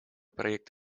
проект